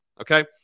Okay